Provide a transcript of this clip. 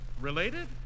Related